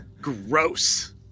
Gross